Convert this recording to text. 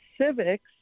civics